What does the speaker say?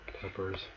peppers